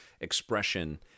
expression